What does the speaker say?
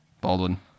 Baldwin